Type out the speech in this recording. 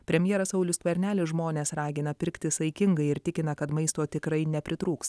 premjeras saulius skvernelis žmones ragina pirkti saikingai ir tikina kad maisto tikrai nepritrūks